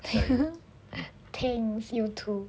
thanks you too